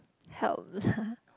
help lah